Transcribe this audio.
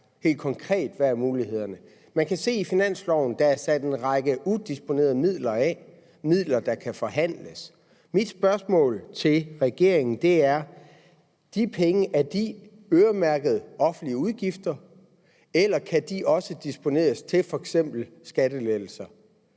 Helt konkret: Hvad er mulighederne? Man kan se i finansloven, at der er sat en række udisponerede midler af, der kan forhandles. Mit spørgsmål til regeringen er: Er de penge øremærket til offentlige udgifter, eller kan de også disponeres til f.eks. skattelettelser?